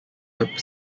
web